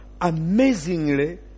Amazingly